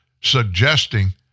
suggesting